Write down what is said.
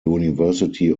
university